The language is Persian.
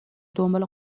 دنبال